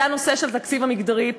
זה הנושא של התקציב המגדרי.